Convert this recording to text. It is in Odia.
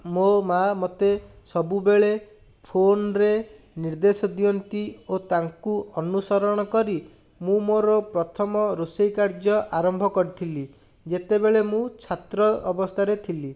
ମୋ ମାଆ ମୋତେ ସବୁବେଳେ ଫୋନରେ ନିର୍ଦ୍ଦେଶ ଦିଅନ୍ତି ଓ ତାଙ୍କୁ ଅନୁସରଣ କରି ମୁଁ ମୋର ପ୍ରଥମ ରୋଷେଇ କାର୍ଯ୍ୟ ଆରମ୍ଭ କରିଥିଲି ଯେତେବେଳେ ମୁଁ ଛାତ୍ର ଅବସ୍ଥାରେ ଥିଲି